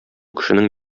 кешенең